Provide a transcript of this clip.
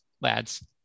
lads